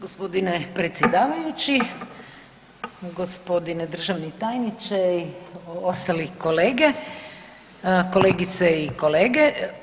Gospodine predsjedavajući, gospodine državni tajniče i ostali kolegice i kolege.